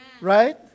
right